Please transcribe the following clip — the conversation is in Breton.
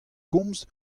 komz